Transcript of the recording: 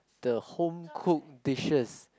the home cook dishes